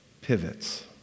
pivots